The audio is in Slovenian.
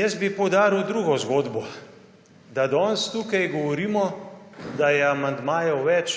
Jaz bi poudaril drugo zgodbo. Da danes tukaj govorimo, da je amandmajev več,